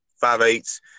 five-eighths